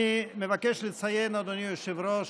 אני מבקש לציין, אדוני היושב-ראש,